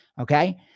Okay